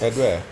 at where